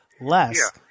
less